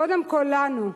קודם כול לנו,